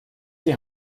die